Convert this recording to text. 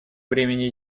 времени